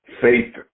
faith